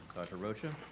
rocha?